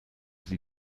sie